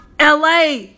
LA